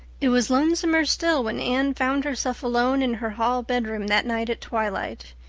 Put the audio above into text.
it was lonesomer still when anne found herself alone in her hall bedroom that night at twilight.